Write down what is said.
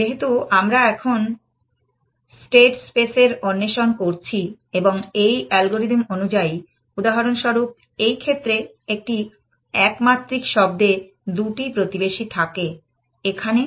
যেহেতু আমরা এখন স্টেট স্পেসের অন্বেষণ করছি আর এই অ্যালগরিদম অনুযায়ী উদাহরণস্বরূপ এই ক্ষেত্রে একটি এক মাত্রিক শব্দে দুটি প্রতিবেশী থাকে এখানে এবং এখানে